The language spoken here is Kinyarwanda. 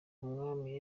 umwami